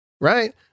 Right